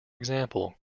example